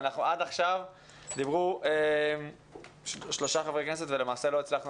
עד עכשיו דיברו שלושה חברי כנסת ולמעשה לא הצלחנו